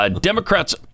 Democrats